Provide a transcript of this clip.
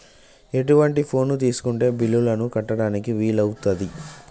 ఎటువంటి ఫోన్ తీసుకుంటే బిల్లులను కట్టడానికి వీలవుతది?